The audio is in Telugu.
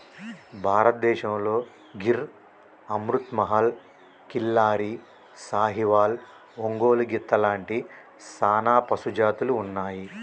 భారతదేసంతో గిర్ అమృత్ మహల్, కిల్లారి, సాహివాల్, ఒంగోలు గిత్త లాంటి సానా పశుజాతులు ఉన్నాయి